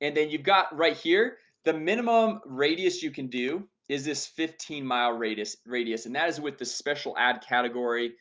and then you've got right here the minimum radius you can do is this fifteen mile radius? radius and that is with the special ad category,